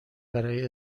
برای